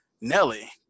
Nelly